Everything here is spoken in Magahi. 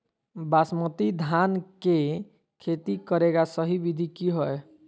बासमती धान के खेती करेगा सही विधि की हय?